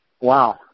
Wow